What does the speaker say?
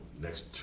next